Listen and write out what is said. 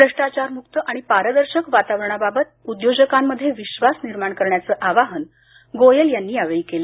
भ्रष्टाचारमुक्त आणि पारदर्शक वातावरणाबाबत उद्योजकांमध्ये विश्वास निर्माण करण्याचं आवाहन यावेळी गोयल यांनी केलं